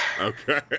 Okay